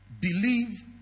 believe